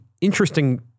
interesting